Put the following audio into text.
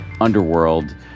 underworld